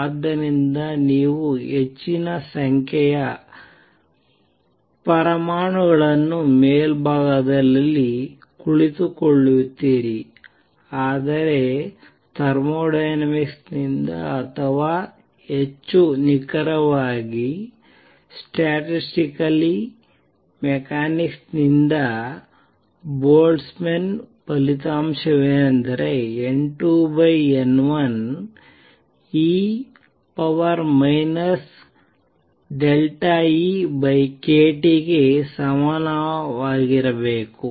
ಆದ್ದರಿಂದ ನೀವು ಹೆಚ್ಚಿನ ಸಂಖ್ಯೆಯ ಪರಮಾಣುಗಳನ್ನು ಮೇಲ್ಭಾಗದಲ್ಲಿ ಕುಳಿತುಕೊಳ್ಳುತ್ತೀರಿ ಆದರೆ ಥರ್ಮೋಡೈನಾಮಿಕ್ಸ್ ನಿಂದ ಅಥವಾ ಹೆಚ್ಚು ನಿಖರವಾಗಿ ಸ್ಟ್ಯಾಟಿಸ್ಟಿಕಲ್ ಮೆಕ್ಯಾನಿಕ್ಸ್ ನಿಂದ ಬೋಲ್ಟ್ಜ್ಮನ್ ಫಲಿತಾಂಶವೆಂದರೆ N2N1 e EkT ಗೆ ಸಮನಾಗಿರಬೇಕು